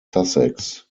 sussex